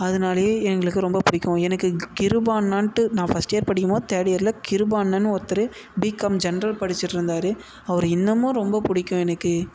அதனாலேயே எங்களுக்கு ரொம்ப பிடிக்கும் எனக்கு கிருபா அண்ணான்ட்டு நான் ஃபர்ஸ்ட் இயர் படிக்கும் போது தேர்டு இயரில் கிருபா அண்ணன்னு ஒருத்தர் பிகாம் ஜென்ரல் படிச்சிட்டுருந்தாரு அவர் இன்னுமும் ரொம்ப பிடிக்கும் எனக்கு